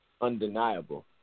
Undeniable